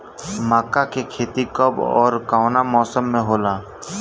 मका के खेती कब ओर कवना मौसम में होला?